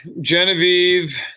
Genevieve